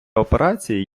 операції